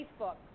Facebook